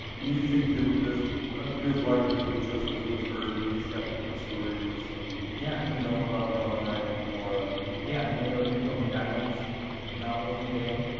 and you think that there's a good likelihood that joseph would have heard these captain kidd stories, and yeah i mean known about moroni and cumorah? jeremy yeah, and you know, and nickel and dime novels in the day?